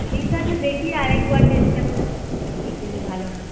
ঠিক আছে দেখি আর একবার চেষ্টা করে ঠিক যদি ভালো হয়